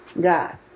God